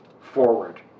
forward